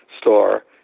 star